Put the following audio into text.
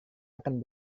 akan